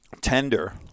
tender